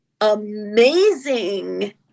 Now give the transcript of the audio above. amazing